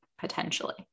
potentially